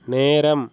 நேரம்